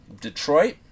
detroit